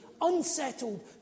unsettled